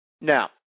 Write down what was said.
Now